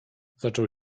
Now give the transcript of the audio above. zaczął